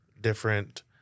different